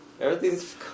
Everything's